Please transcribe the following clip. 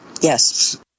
Yes